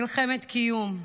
מלחמת קיום.